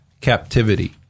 captivity